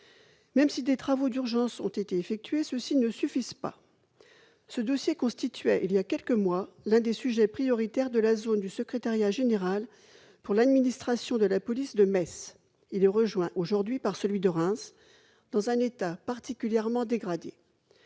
Même si des travaux d'urgence ont été effectués, ceux-ci ne suffisent pas. Ce dossier constituait, il y a quelques mois, l'un des sujets prioritaires de la zone du secrétariat général pour l'administration de la police de Metz. Il a été rejoint aujourd'hui par le commissariat de Reims, qui est aussi particulièrement dégradé.